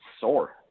sore